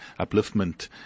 upliftment